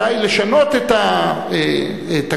אולי לשנות את התקנון,